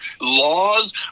laws